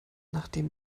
nachdem